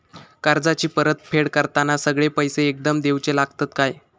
कर्जाची परत फेड करताना सगळे पैसे एकदम देवचे लागतत काय?